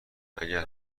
اگر